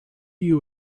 you